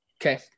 Okay